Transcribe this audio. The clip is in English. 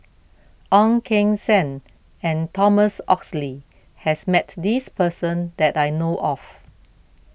Ong Keng Sen and Thomas Oxley has met this person that I know of